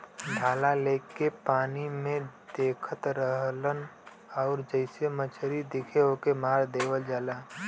भाला लेके पानी में देखत रहलन आउर जइसे मछरी दिखे ओके मार देवल जाला